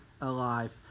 alive